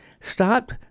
stopped